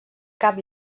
cap